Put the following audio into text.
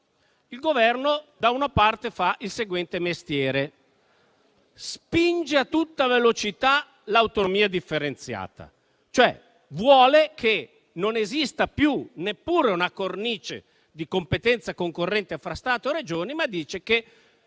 Il Governo fa il seguente mestiere: spinge a tutta velocità l'autonomia differenziata. Vuole, cioè, che non esista più neppure una cornice di competenza concorrente fra Stato e Regioni, ma dice che